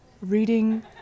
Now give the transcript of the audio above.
reading